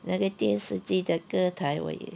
那个电视机的歌台我也